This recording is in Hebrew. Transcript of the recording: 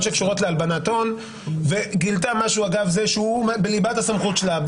שקשורות להלבנת הון וגילתה משהו אגב זה שהוא עומד בליבת הסמכות שלה,